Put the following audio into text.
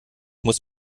muss